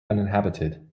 uninhabited